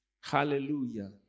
Hallelujah